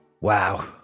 Wow